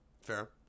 Fair